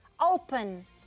Open